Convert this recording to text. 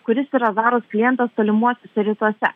kuris yra zaros klientas tolimuosiuose rytuose